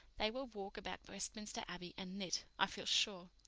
they will walk about westminster abbey and knit, i feel sure.